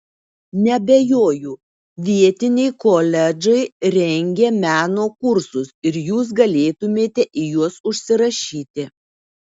neabejoju vietiniai koledžai rengia meno kursus ir jūs galėtumėte į juos užsirašyti